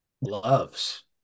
loves